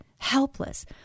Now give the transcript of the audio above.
Helpless